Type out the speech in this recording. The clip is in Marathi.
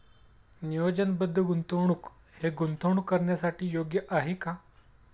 नियोजनबद्ध गुंतवणूक हे गुंतवणूक करण्यासाठी योग्य आहे का?